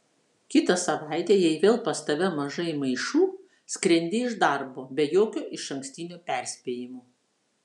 kitą savaitę jei vėl pas tave mažai maišų skrendi iš darbo be jokio išankstinio perspėjimo